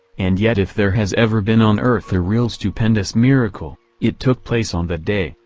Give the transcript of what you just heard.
and yet if there has ever been on earth a real stupendous miracle, it took place on that day,